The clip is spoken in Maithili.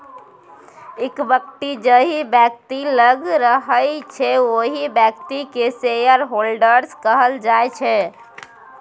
इक्विटी जाहि बेकती लग रहय छै ओहि बेकती केँ शेयरहोल्डर्स कहल जाइ छै